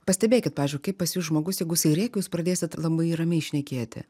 pastebėkit pavyzdžiui kaip pasijus žmogus jeigu jisai rėkia o jūs pradėsit labai ramiai šnekėti